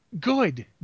good